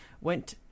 went